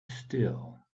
still